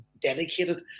dedicated